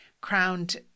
crowned